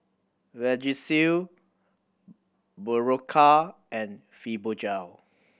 Vagisil Berocca and Fibogel